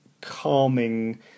calming